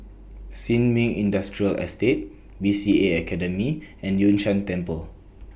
Sin Ming Industrial Estate B C A Academy and Yun Shan Temple